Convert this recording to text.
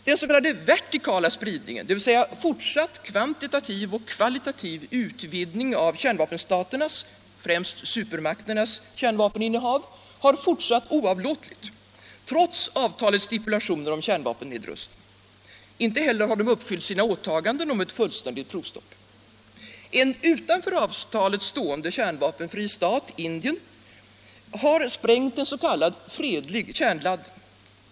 Den s.k. vertikala spridningen, dvs. fortsatt kvantitativ och kvalitativ utvidgning av kärnvapenstaternas, främst supermakternas, kärnvapeninnehav har fortsatt oavlåtligt, trots avtalets stipulationer om kärnvapennedrustning. Inte heller har dessa stater uppfyllt sina åtaganden om ett fullständigt provstopp. En utanför avtalet stående kärnvapenfri stat, Indien, har sprängt en s.k. fredlig kärnladdning.